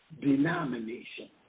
denomination